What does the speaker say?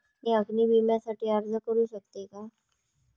मी अग्नी विम्यासाठी अर्ज करू शकते का?